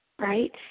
right